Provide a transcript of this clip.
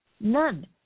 none